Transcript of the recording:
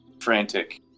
frantic